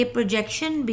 Projection